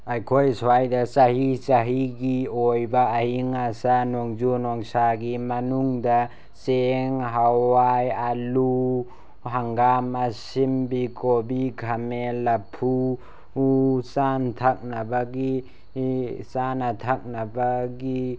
ꯑꯩꯈꯣꯏ ꯁ꯭ꯋꯥꯏꯗ ꯆꯍꯤ ꯆꯍꯤꯒꯤ ꯑꯣꯏꯕ ꯑꯏꯪ ꯑꯁꯥ ꯅꯣꯡꯖꯨ ꯅꯨꯡꯁꯥꯒꯤ ꯃꯅꯨꯡꯗ ꯆꯦꯡ ꯍꯋꯥꯏ ꯑꯥꯂꯨ ꯍꯪꯒꯥꯝ ꯑꯁꯤꯟꯕꯤ ꯀꯣꯕꯤ ꯈꯥꯃꯦꯟ ꯂꯐꯨ ꯆꯥꯅ ꯊꯛꯅꯕꯒꯤ